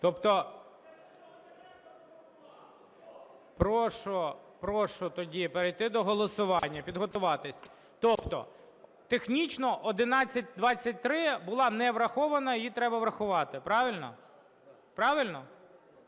Тобто… Прошу тоді перейти до голосування, підготуватись. Тобто технічно 1123 була не врахована, її треба врахувати, правильно?